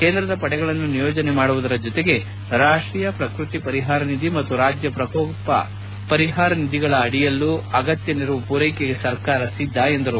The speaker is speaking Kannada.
ಕೇಂದ್ರದ ಪಡೆಗಳನ್ನು ನಿಯೋಜನೆ ಮಾಡುವುದರ ಜೊತೆಗೆ ರಾಷ್ಟೀಯ ಪ್ರಕೃತಿ ಪರಿಹಾರ ನಿಧಿ ಮತ್ತು ರಾಜ್ಯ ಪ್ರಕೋಪ ಪರಿಹಾರ ನಿಧಿಗಳ ಅಡಿಯಲ್ಲೂ ಅಗತ್ಯ ನೆರವು ಪೂರ್ಚೆಕೆಗೆ ಸರ್ಕಾರ ಸಿದ್ದ ಎಂದರು